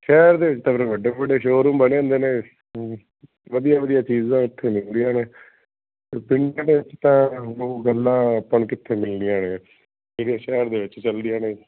ਸ਼ਹਿਰ ਦੇ ਵਿੱਚ ਤਾਂ ਫਿਰ ਵੱਡੇ ਵੱਡੇ ਸ਼ੋਰੂਮ ਬਣੇ ਹੁੰਦੇ ਨੇ ਵਧੀਆ ਵਧੀਆ ਚੀਜ਼ਾਂ ਇੱਥੇ ਮਿਲਦੀਆਂ ਨੇ ਪਰ ਪਿੰਡ ਦੇ ਵਿੱਚ ਤਾਂ ਉਹ ਗੱਲਾਂ ਆਪਾਂ ਨੂੰ ਕਿੱਥੇ ਮਿਲਦੀਆਂ ਨੇ ਠੀਕ ਹੈ ਸ਼ਹਿਰ ਦੇ ਵਿੱਚ ਚੱਲਦੀਆਂ ਨੇ